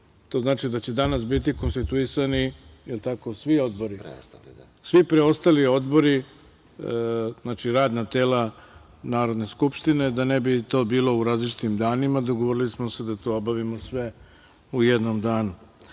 To znači da će danas biti konstituisani svi odbori, svi preostali odbori, znači, radna tela Narodne skupštine da ne bi to bilo u različitim danima, dogovorili smo se da to obavimo sve u jednom